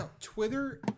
Twitter